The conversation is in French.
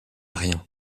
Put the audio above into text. rien